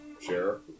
Sheriff